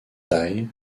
taille